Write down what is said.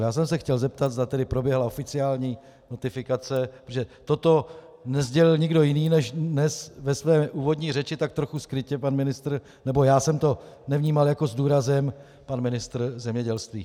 Já jsem se chtěl zeptat, zda proběhla oficiální notifikace, protože toto nesdělil nikdo jiný než dnes ve své úvodní řeči tak trochu skrytě pan ministr, nebo já jsem to nevnímal jako s důrazem, pan ministr zemědělství.